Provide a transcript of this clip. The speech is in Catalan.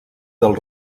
del